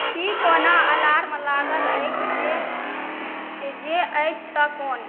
की कोनो अलार्म लागल आछि जे आछि तऽ कोन